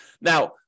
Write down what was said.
Now